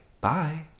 bye